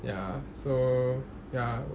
ya so ya